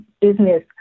business